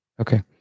Okay